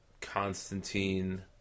Constantine